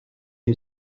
who